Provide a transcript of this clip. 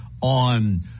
on